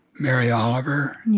mary oliver